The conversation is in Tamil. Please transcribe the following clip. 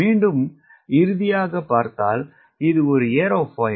மீண்டும் இறுதியாக பார்த்தால் இது ஒரு ஏரோஃபைல்